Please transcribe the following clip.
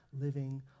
living